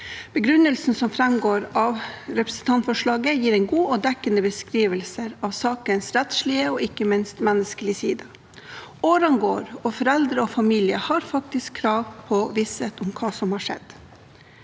Begrunnelsen som framgår av representantforslaget, gir en god og dekkende beskrivelse av sakens rettslige og ikke minst menneskelige side. Årene går, og foreldre og familie har faktisk krav på visshet om hva som har skjedd.